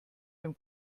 dem